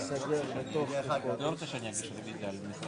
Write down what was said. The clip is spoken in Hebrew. אבל אתם צודקים בסך הכול, בגלל שאני, בניגוד